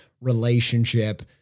relationship